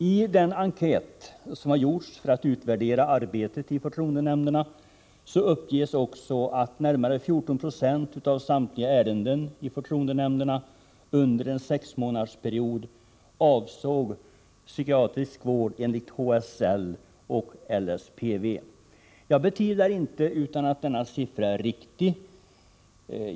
I den enkät som gjorts för att utvärdera arbetet i förtroendenämnderna uppges att närmare 14 96 av samtliga ärenden under en sexmånadersperiod hos dessa nämnder avsåg psykiatrisk vård enligt HSL och LSPV. Jag betvivlar inte att denna siffra är riktig.